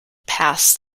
past